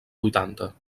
vuitanta